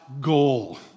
goal